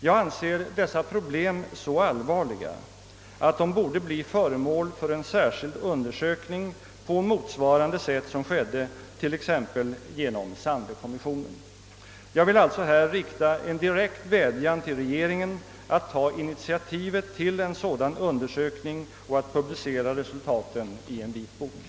Jag anser att dessa problem är så allvarliga, att de borde undersökas särskilt på liknande sätt som exempelvis inom Sandler-kommissionen. Jag vill alltså rikta en direkt vädjan till regeringen att ta initiativet till en sådan un dersökning och publicera resultaten i en vitbok.